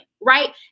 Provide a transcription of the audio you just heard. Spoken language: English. right